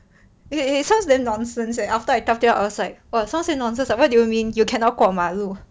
eh eh sounds damn nonsense leh after I talk it out I was like !wah! sounds damn nonsense leh what do you mean you cannot 过马路